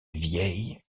vieille